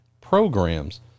programs